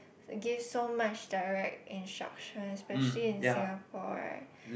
to give so much direct instructions especially in Singapore right